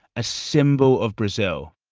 a symbol of brazil,